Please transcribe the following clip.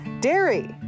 dairy